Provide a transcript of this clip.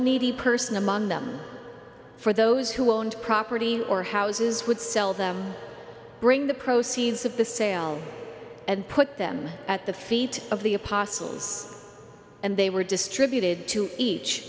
needy person among them for those who owned property or houses would sell them bring the proceeds of the sale and put them at the feet of the apostles and they were distributed to each